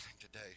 today